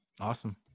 Awesome